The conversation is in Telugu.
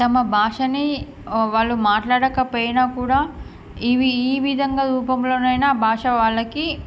తమ భాషని వాళ్ళు మాట్లాడకపోయినా కూడా ఇవి ఈ విధంగా రూపంలోనైనా భాష వాళ్ళకి